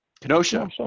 Kenosha